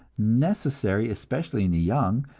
necessary especially in the young,